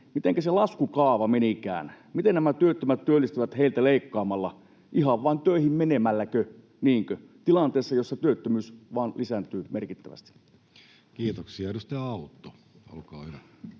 mitenkä se laskukaava menikään? Miten nämä työttömät työllistyvät heiltä leikkaamalla? Ihan vain töihin menemälläkö, niinkö, tilanteessa, jossa työttömyys vain lisääntyy merkittävästi? [Speech 60] Speaker: Jussi Halla-aho